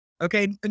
Okay